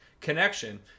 connection